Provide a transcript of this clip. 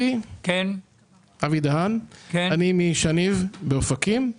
אני משניב באופקים.